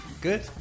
Good